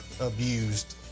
abused